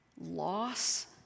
loss